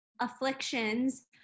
afflictions